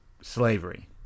Slavery